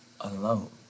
alone